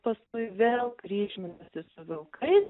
paskui vėl kryžminasi su vilkai